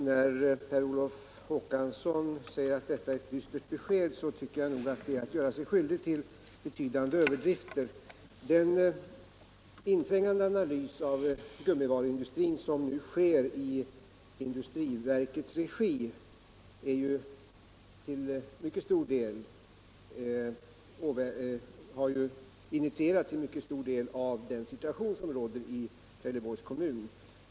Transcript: Herr talman! När Per Olof Håkansson säger att detta är ett dystert besked tycker jag att han gör sig skyldig till en betydande överdrift. Den inträngande analys av gummivaruindustrin som nu görs 1 industriverkets regi har till mycket stor del initierats av den situation som råder i Trelleborgs kommun.